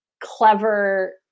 clever